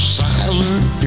silent